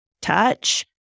touch